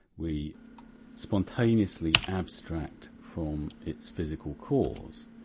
we spontaneously abstract from its physical cause,